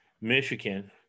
Michigan